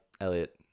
Elliot